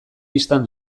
bistan